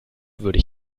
würde